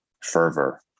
fervor